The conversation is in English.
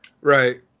Right